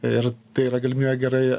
ir tai yra galimybė gerai